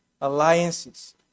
alliances